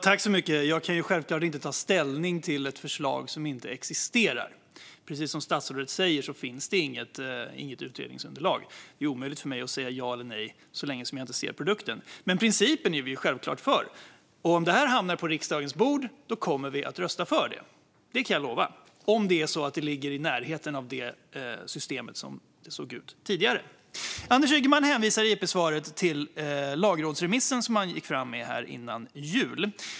Fru talman! Jag kan självklart inte ta ställning till ett förslag som inte existerar. Precis som statsrådet säger finns inget utredningsunderlag, och det är omöjligt för mig att säga ja eller nej så länge som jag inte ser produkten. Men vi är självklart för principen. Om det här förslaget hamnar på riksdagens bord kan jag lova att kommer vi att rösta för det - om det ligger i närheten av hur systemet såg ut tidigare. Anders Ygeman hänvisade i interpellationssvaret till lagrådsremissen, som han gick fram med innan jul.